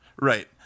Right